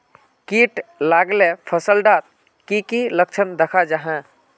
किट लगाले फसल डात की की लक्षण दखा जहा?